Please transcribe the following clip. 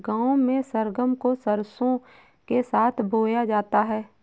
गांव में सरगम को सरसों के साथ बोया जाता है